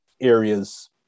areas